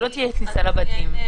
שלא תהיה כניסה לבתים.